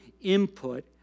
input